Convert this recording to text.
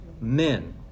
men